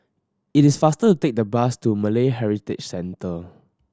it is faster to take the bus to Malay Heritage Centre